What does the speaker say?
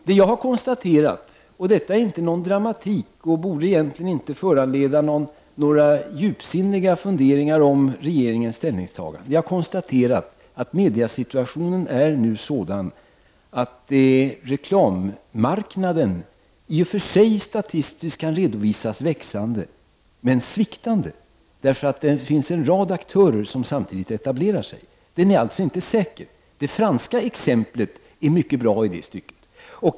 Det jag konstaterat innebär inte någon dramatik och borde inte leda till några djupsinniga funderingar om regeringens ställningstaganden. Vi har konstaterat att mediesituationen är sådan att reklammarknaden i och för sig statistiskt kan redovisas som växande, men sviktande därför att det finns en rad aktörer som samtidigt etablerar sig. Den är alltså inte säker. Det franska exemplet är bra i det stycket.